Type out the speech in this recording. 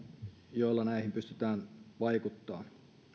joilla näihin pystytään vaikuttamaan